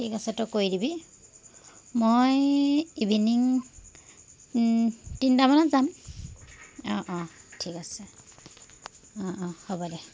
ঠিক আছে তই কৰি দিবি মই ইভিনিং তিনিটামানত যাম অঁ অঁ ঠিক আছে অঁ অঁ হ'ব দে